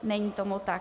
Není tomu tak.